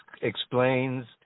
explains